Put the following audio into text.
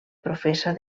professa